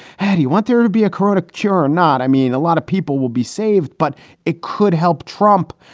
hey, do you want there to be a corona cure or not? i mean, a lot of people will be saved. but it could help trump.